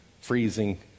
freezing